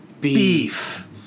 beef